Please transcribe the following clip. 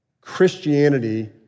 Christianity